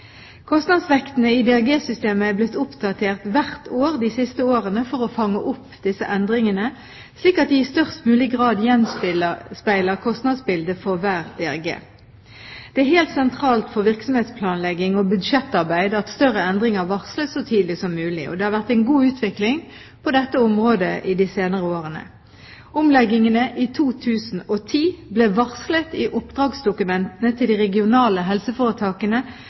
Kostnadsvektene i DRG-systemet er blitt oppdatert hvert år de siste årene for å fange opp disse endringene, slik at de i størst mulig grad gjenspeiler kostnadsbildet for hver DRG. Det er helt sentralt for virksomhetsplanlegging og budsjettarbeid at større endringer varsles så tidlig som mulig. Det har vært en god utvikling på dette området i de senere årene. Omleggingene i 2010 ble varslet i oppdragsdokumentene til de regionale helseforetakene